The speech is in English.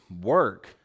work